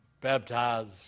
baptized